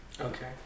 Okay